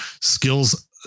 skills